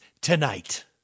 tonight